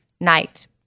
night